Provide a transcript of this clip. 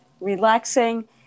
relaxing